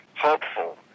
hopeful